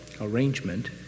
arrangement